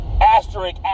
Asterisk